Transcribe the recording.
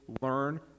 learn